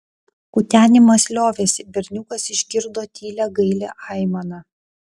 kutenimas liovėsi berniukas išgirdo tylią gailią aimaną